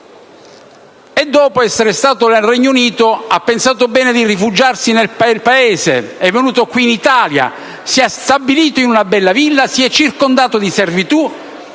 Dopo essere stato nel Regno Unito, ha pensato bene di rifugiarsi nel Bel Paese. È venuto qui in Italia e si è stabilito in una bella villa, circondandosi di servitù